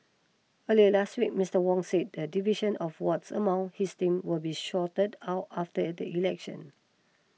earlier last week Mister Wong said the division of wards among his team will be sorted out after it election